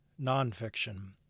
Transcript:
nonfiction